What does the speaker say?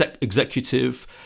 executive